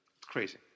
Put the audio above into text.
Crazy